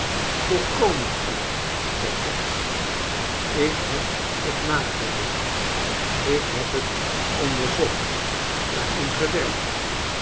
volkomen gelijk zei pancks ik heb het nagerekend ik heb het onderzocht er in gewerkt